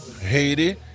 Haiti